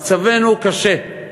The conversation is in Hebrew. מצבנו קשה,